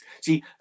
See